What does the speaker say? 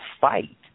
fight